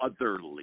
otherly